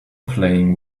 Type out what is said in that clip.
playing